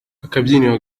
akabyiniro